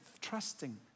trusting